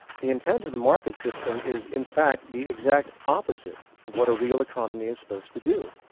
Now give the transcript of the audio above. the intent of the market system is, in fact, the exact opposite of what a real economy is supposed to do,